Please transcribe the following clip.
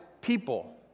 people